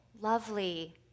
lovely